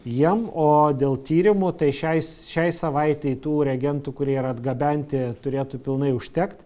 jiem o dėl tyrimų tai šiai šiai savaitei tų reagentų kurie yra atgabenti turėtų pilnai užtekt